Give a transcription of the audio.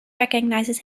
recognises